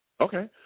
Okay